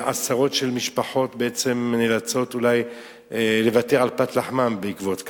עשרות משפחות בעצם נאלצות אולי לוותר על פת לחמן בעקבות כך.